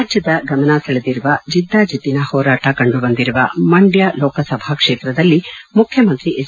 ರಾಜ್ಯದ ಗಮನ ಸೆಳೆದಿರುವ ಜಿದ್ದಾಜಿದ್ದಿನ ಹೋರಾಟ ಕಂಡುಬಂದಿರುವ ಮಂಡ್ಯ ಲೋಕಸಭಾ ಕ್ಷೇತ್ರದಲ್ಲಿ ಮುಖ್ಯಮಂತ್ರಿ ಎಚ್